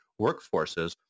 workforces